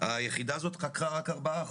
היחידה הזאת חקרה רק 4%,